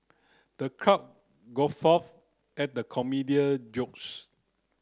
the crowd guffawed at the comedian jokes